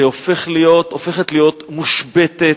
שהופכת להיות מושבתת,